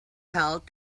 held